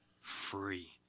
free